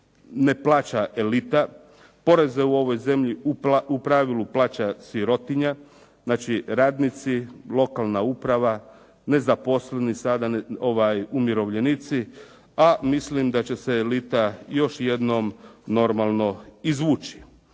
ne plaća elita. Poreze u ovoj zemlji u pravilu plaća sirotinja, znači radnici, lokalna uprava, nezaposleni sada, umirovljenici a mislim da će se elita još jednom normalno izvući.